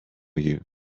you